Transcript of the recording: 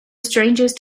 strangest